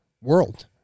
world